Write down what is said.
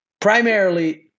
primarily